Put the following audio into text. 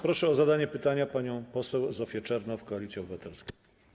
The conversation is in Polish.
Proszę o zadanie pytania panią poseł Zofię Czernow, Koalicja Obywatelska.